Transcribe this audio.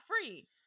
free